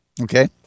Okay